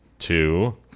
Two